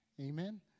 Amen